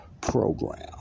program